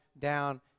down